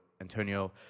Antonio